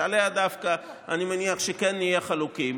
שעליה דווקא אני מניח שכן נהיה חלוקים,